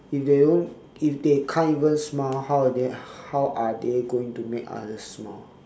if they don't if they can't even smile how are they how are they going to make other people smile also